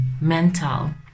mental